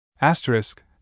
asterisk